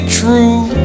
true